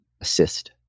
assist